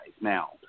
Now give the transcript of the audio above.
now